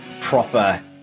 proper